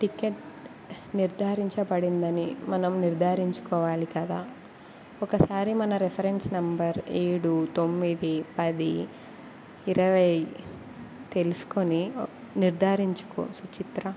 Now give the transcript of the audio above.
ticket నిర్ధారించబడిందని మనం నిర్ధారించుకోవాలి కదా ఒకసారి మన రెఫరెన్స్ నెంబర్ ఏడు తొమ్మిది పది ఇరవై తెలుసుకొని నిర్ధారించుకోవచ్చు చిత్ర